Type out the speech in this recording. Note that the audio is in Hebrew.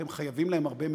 אתם חייבים להן הרבה מאוד.